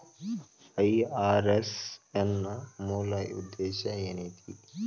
IRS ನ ಮೂಲ್ ಉದ್ದೇಶ ಏನೈತಿ?